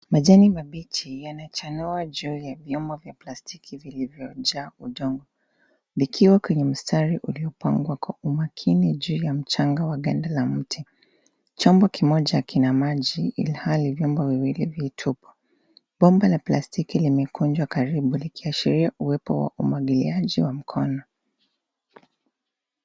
Majani mabichi yamechanua juu ya vyombo vya plastiki vilivyojaa udongo. Vikiwa kwenye mstari uliopangwa kwa umakini juu ya mchanga wa ganda la mti. Chombo kimoja kina maji, ilhali vyombo viwili vitupu. Bomba la plastiki limekunjwa karibu likiashiria uwepo wa umwagiliaji wa mkono.